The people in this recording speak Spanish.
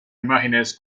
imágenes